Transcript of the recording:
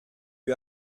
lui